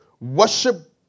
worship